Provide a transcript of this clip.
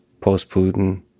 post-Putin